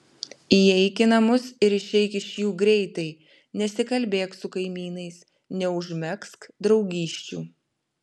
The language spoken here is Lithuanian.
įeik į namus ir išeik iš jų greitai nesikalbėk su kaimynais neužmegzk draugysčių